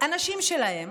אנשים שלהם,